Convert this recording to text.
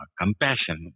compassion